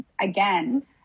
again